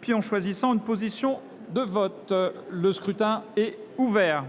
puis en choisissant une position de vote. Le scrutin est ouvert.